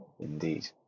Indeed